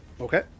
Okay